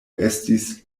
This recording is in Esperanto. estis